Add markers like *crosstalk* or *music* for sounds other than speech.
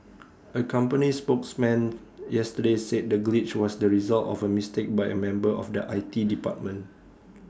*noise* A company spokesman yesterday said the glitch was the result of A mistake by A member of the I T department